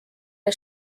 der